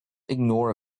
ignore